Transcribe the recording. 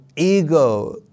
ego